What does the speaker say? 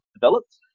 developed